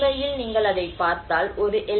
உண்மையில் நீங்கள் அதைப் பார்த்தால் ஒரு எல்